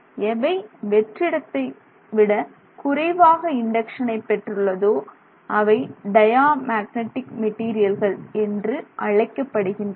எவை வெற்றிடத்தை விட குறைவாக இண்டக்சனை பெற்றுள்ளதோ அவை டயா மேக்னெட்டிக் மெட்டீரியல்கள் என்று அழைக்கப்படுகின்றன